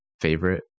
favorite